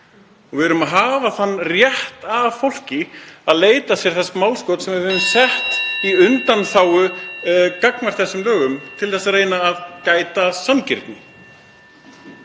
Við erum að hafa þann rétt af fólki að leita sér þess málskots sem við höfum sett í undanþágu gagnvart þessum lögum til að reyna að gæta sanngirni.